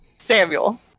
Samuel